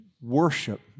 Worship